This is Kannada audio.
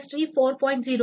ಇಂಡಸ್ಟ್ರಿ 4